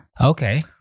okay